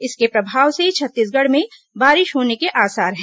इसके प्रभाव से छत्तीसगढ़ में बारिश होने के आसार है